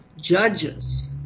judges